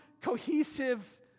cohesive